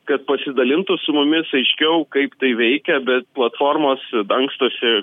kad pasidalintų su mumis aiškiau kaip tai veikia bet platformos dangstosi